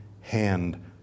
hand